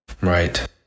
Right